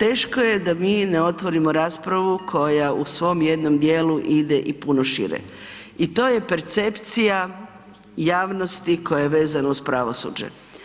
teško je da mi ne otvorimo raspravu koja u svom jednom dijelu ide i puno šire i to je percepcija javnosti koja je vezana uz pravosuđe.